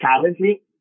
currently